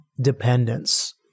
dependence